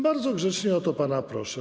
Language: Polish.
Bardzo grzecznie o to pana proszę.